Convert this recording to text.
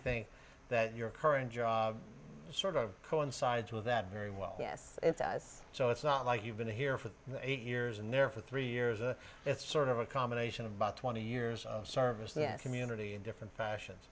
think that your current job sort of coincides with that very well yes it's us so it's not like you've been here for eight years and there for three years and it's sort of a combination of about twenty years of service yes community in different fashion